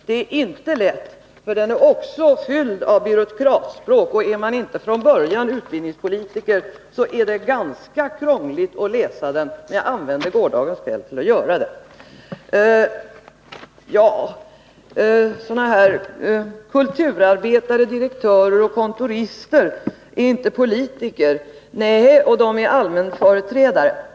Det är inte lätt, för den är också fylld av byråkratispråk. Är man inte från början utbildningspolitiker, så är det ganska krångligt att läsa den. Men jag använde gårdagens kväll till att göra det. Dessa kulturarbetare, direktörer och kontorister är inte politiker — nej, det är riktigt — utan de är allmänföreträdare.